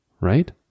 right